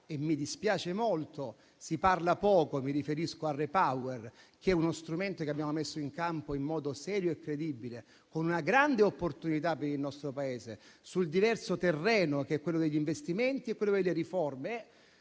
mi dispiace molto: mi riferisco al REPowerEU, che è uno strumento che abbiamo messo in campo in modo serio e credibile, con una grande opportunità per il nostro Paese, sul diverso terreno degli investimenti e delle riforme.